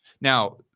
Now